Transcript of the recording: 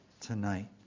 tonight